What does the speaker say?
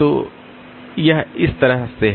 तो यह इस तरह है